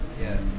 Yes